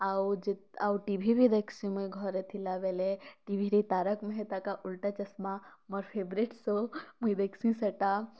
ଆଉ ଯେ ଆଉ ଟିଭି ବି ଦେଖ୍ସିଁ ମୁଇଁ ଘରେ ଥିଲାବେଲେ ଟିଭିରେ ତାରକ୍ ମେହେତା କା ଉଲ୍ଟା ଚଷମା ମୋର୍ ଫେଭ୍ରେଟ୍ ଶୋ ମୁଇଁ ଦେଖ୍ସିଁ ସେଟା